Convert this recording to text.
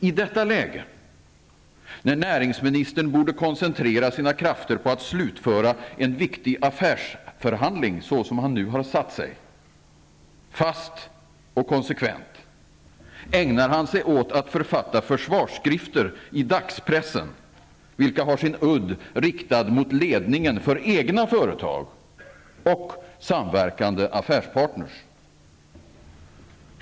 I detta läge, när näringsministern, såsom han nu har satt sig, borde koncentrera sina krafter på att slutföra en viktig affärsförhandling, fast och konsekvent, ägnar han sig åt att författa försvarsskrifter i dagspressen, vilka har sin udd riktad mot ledningen för egna företag och samverkande affärspartner.